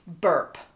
burp